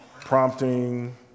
prompting